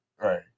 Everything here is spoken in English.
right